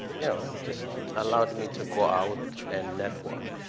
you know, just allowed me to go out and network.